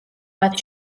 მათ